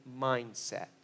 mindset